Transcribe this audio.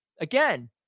again